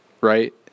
right